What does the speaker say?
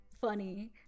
funny